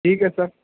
ٹھیک ہے سر